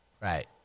Right